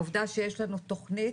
העובדה שיש לנו תכנית,